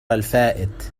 الفائت